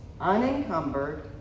unencumbered